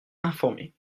informés